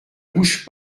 bouge